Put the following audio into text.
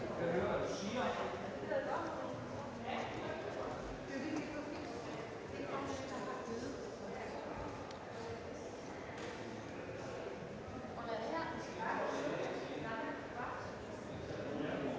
Hvad er det